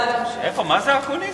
מה זה אקוניס?